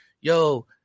yo